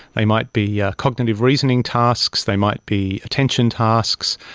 they might be ah cognitive reasoning tasks, they might be attention tasks,